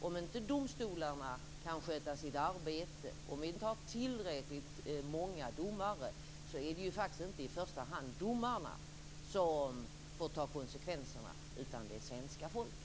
Om domstolarna inte kan sköta sitt arbete, om vi inte har tillräckligt många domare, är det inte i första hand domarna som får ta konsekvenserna utan svenska folket.